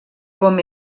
com